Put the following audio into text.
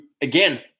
again